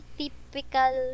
typical